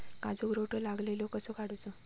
काजूक रोटो लागलेलो कसो काडूचो?